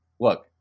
look